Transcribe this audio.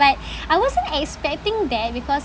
like I wasn't expecting that because